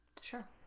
Sure